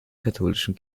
katholischen